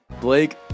Blake